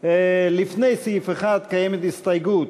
לפני סעיף 1 קיימת הסתייגות.